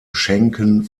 schenken